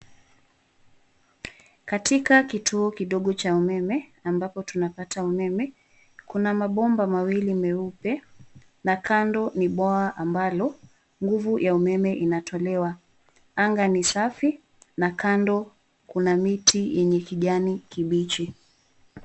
Katika kituo kidogo cha umeme, ambapo tunapata umeme, kuna mabomba mawili meupe; na kando ni boa, ambapo nguvu ya umeme inatolewa. Anga ni safi, na kando kuna miti yenye kijani kibichi.